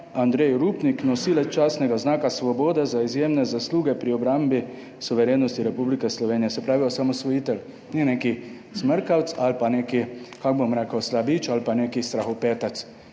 Andrej Rupnik, nosilec častnega znaka svobode za izjemne zasluge pri obrambi suverenosti Republike Slovenije. Se pravi, osamosvojitelj, ni neki smrkavec ali pa neki, kako bom rekel, slabič ali pa neki strahopetec.